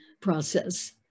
process